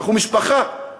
אנחנו משפחה,